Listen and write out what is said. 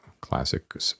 classic